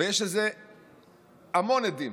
יש לזה המון עדים,